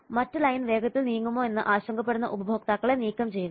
മറ്റ് ലൈൻ വേഗത്തിൽ നീങ്ങുമോ എന്ന് ആശങ്കപ്പെടുന്ന ഉപഭോക്താക്കളെ നീക്കം ചെയ്യുക